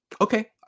Okay